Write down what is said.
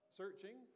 searching